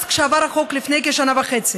אז, כשעבר החוק, לפני כשנה וחצי,